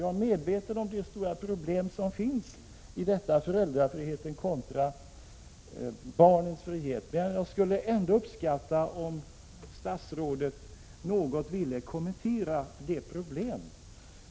Jag är medveten om det stora problem som finns när det gäller föräldrafriheten kontra barnens frihet, men jag skulle uppskatta om statsrådet ändå ville kommentera detta.